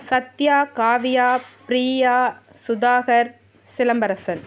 Sathya Kavya Priya Sudhakar Silambarasan